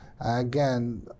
Again